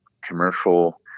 commercial